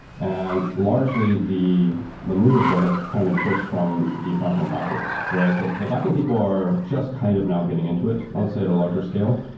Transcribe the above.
and largely, the the movement for it has kind of been pushed from the frontend backwards, whereas the the backend people are just kind of now getting into it, i would say at a larger scale.